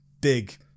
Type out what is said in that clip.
big